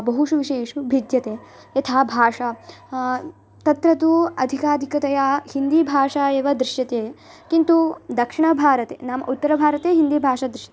बहुषु विषयेषु भिद्यते यथा भाषा तत्र तु अधिकाधिकतया हिन्दिभाषा एव दृश्यते किन्तु दक्षिणभारते नाम उत्तरभारते हिन्दिभाषा दृश्यते